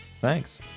Thanks